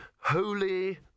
holy